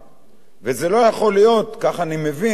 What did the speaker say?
וזה לא יכול להיות, כך אני מבין מדבריה,